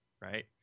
right